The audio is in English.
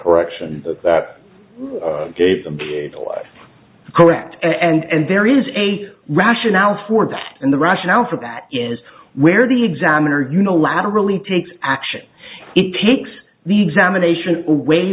correction that is correct and there is a rationale for that and the rationale for that is where the examiner unilaterally takes action it takes the examination away